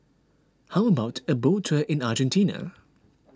how about a boat tour in Argentina